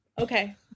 okay